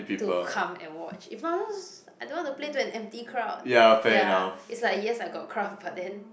to come and watch if not I don't want to play to an empty crowd ya is like yes I got crowd but then